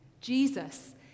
Jesus